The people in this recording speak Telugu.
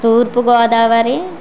తూర్పు గోదావరి